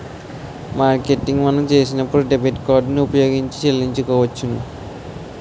marketing మనం చేసినప్పుడు debit card ఉపయోగించి చెల్లించవచ్చును